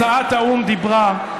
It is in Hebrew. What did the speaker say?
הצעת האו"ם דיברה,